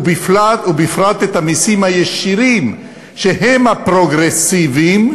ובפרט את המסים הישירים שהם הפרוגרסיביים,